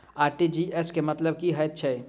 RTGS केँ मतलब की हएत छै?